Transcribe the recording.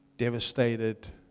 devastated